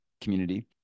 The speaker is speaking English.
community